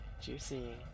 Juicy